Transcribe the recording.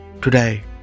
today